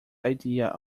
idea